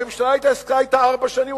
הממשלה התעסקה אתה ארבע שנים,